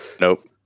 Nope